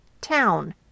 town